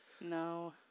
No